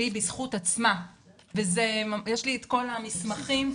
שהיא בזכות עצמה ויש לי את כל המסמכים,